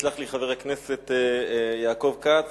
יסלח לי חבר הכנסת יעקב כץ,